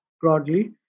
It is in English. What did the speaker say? broadly